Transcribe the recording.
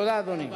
תודה, אדוני.